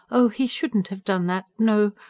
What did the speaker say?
oh, he shouldn't have done that. no,